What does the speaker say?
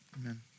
amen